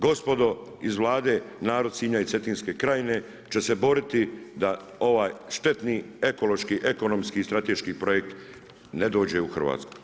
Gospodo iz Vlade, narod Sinja i Cetinske krajine će se boriti da ovaj štetni ekološki, ekonomski i strateški projekt ne dođe u Hrvatsku.